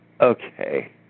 Okay